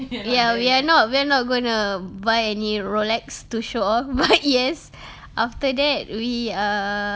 ya we are not we're not gonna buy any Rolex to show off but yes after that we err